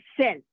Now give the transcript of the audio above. self